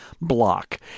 block